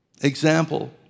example